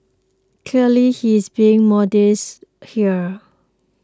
clearly he's being modest here